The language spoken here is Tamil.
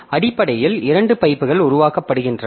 அடிப்படையில் இரண்டு பைப்புகள் உருவாக்கப்படுகின்றன